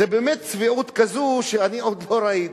זו באמת צביעות כזאת שאני עוד לא ראיתי.